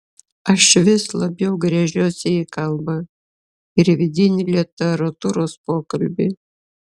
aš vis labiau gręžiuosi į kalbą ir vidinį literatūros pokalbį